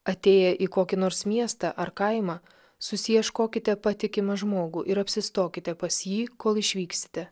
atėję į kokį nors miestą ar kaimą susiieškokite patikimą žmogų ir apsistokite pas jį kol išvyksite